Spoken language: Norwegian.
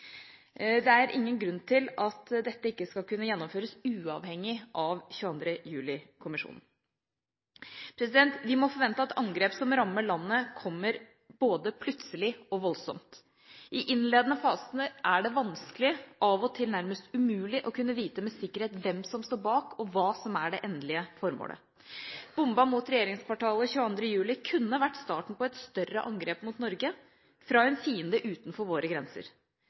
Det er ingen grunn til at dette ikke skal kunne gjennomføres uavhengig av 22. juli-kommisjonen. Vi må forvente at angrep som rammer landet, kommer både plutselig og voldsomt. I de innledende fasene er det vanskelig og av og til nærmest umulig å si med sikkerhet hvem som står bak, og hva som er det endelige formålet. Bomben mot regjeringskvartalet 22. juli kunne vært starten på et større angrep mot Norge fra en fiende utenfor våre grenser.